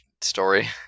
Story